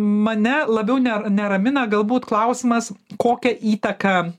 mane labiau ne neramina galbūt klausimas kokią įtaką